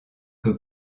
que